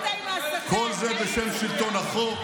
כל זה בשם שלטון החוק,